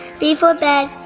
b for bed,